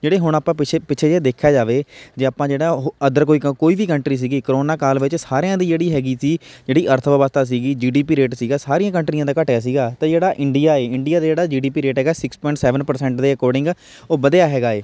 ਜਿਹੜੇ ਹੁਣ ਆਪਾਂ ਪਿੱਛੇ ਪਿੱਛੇ ਜੇ ਦੇਖਿਆ ਜਾਵੇ ਜੇ ਆਪਾਂ ਜਿਹੜਾ ਉਹ ਅਦਰ ਕੋਈ ਵੀ ਕੰਟਰੀ ਸੀਗੀ ਕਰੋਨਾ ਕਾਲ ਵਿੱਚ ਸਾਰਿਆਂ ਦੀ ਜਿਹੜੀ ਹੈਗੀ ਸੀ ਜਿਹੜੀ ਅਰਥ ਵਿਵਸਥਾ ਸੀਗੀ ਜੀ ਡੀ ਪੀ ਰੇਟ ਸੀਗਾ ਸਾਰੀਆਂ ਕੰਟਰੀਆਂ ਦਾ ਘੱਟਿਆ ਸੀਗਾ ਅਤੇ ਜਿਹੜਾ ਇੰਡੀਆ ਹੈ ਇੰਡੀਆ ਦਾ ਜਿਹੜਾ ਜੀ ਡੀ ਪੀ ਰੇਟ ਹੈਗਾ ਸਿਕਸ ਪੁਆਇੰਟ ਸੈਵਨ ਪ੍ਰਸੈਂਟ ਦੇ ਅਕੋਡਿੰਗ ਉਹ ਵਧਿਆ ਹੈਗਾ ਹੈ